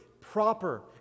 proper